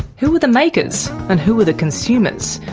who are the makers, and who are the consumers?